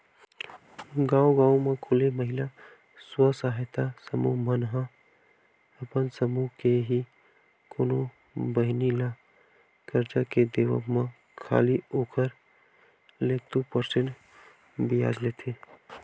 गांव गांव म खूले महिला स्व सहायता समूह मन ह अपन समूह के ही कोनो बहिनी ल करजा के देवब म खाली ओखर ले दू परसेंट बियाज लेथे